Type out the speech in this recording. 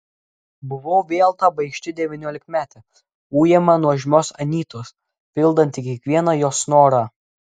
buvau vėl ta baikšti devyniolikmetė ujama nuožmios anytos pildanti kiekvieną jos norą